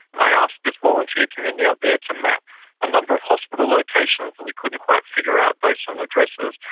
i asked this volunteer community out there to map a number of hospital locations that we couldn't quite figure out based on addresses,